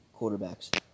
quarterbacks